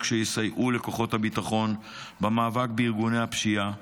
שיסייעו לכוחות הביטחון במאבק בארגוני הפשיעה,